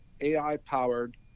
AI-powered